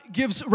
gives